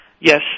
Yes